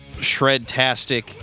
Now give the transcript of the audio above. shred-tastic